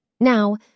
Now